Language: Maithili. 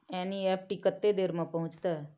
एन.ई.एफ.टी कत्ते देर में पहुंचतै?